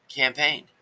campaign